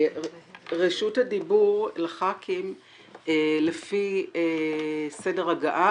רשות הדיבור לחברי הכנסת לפי סדר הגעה,